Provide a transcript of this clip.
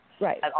Right